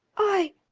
i!